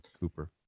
Cooper